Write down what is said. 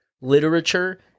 literature